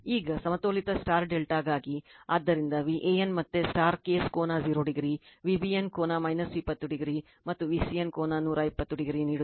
ಈಗ ಸಮತೋಲಿತ ∆ ಗಾಗಿ ಆದ್ದರಿಂದ Van ಮತ್ತೆ ಕೇಸ್ ಕೋನ 0o V bn ಕೋನ 20o ಮತ್ತು V cn ಕೋನ 120o ನೀಡುತ್ತದೆ